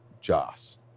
Joss